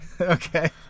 Okay